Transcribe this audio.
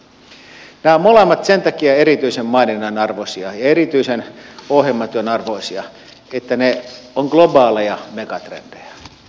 nämä ovat molemmat sen takia erityisen maininnan arvoisia ja erityisen ohjelmatyön arvoisia että ne ovat globaaleja megatrendejä